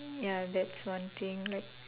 ya that's one thing like